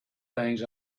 things